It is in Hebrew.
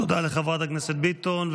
תודה לחברת הכנסת ביטון.